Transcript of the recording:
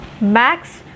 Max